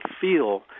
feel